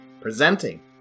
presenting